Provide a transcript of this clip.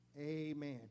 Amen